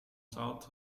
south